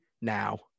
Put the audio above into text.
Now